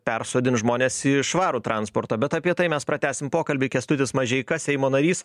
persodint žmones į švarų transportą bet apie tai mes pratęsim pokalbį kęstutis mažeika seimo narys